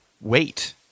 wait